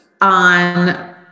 on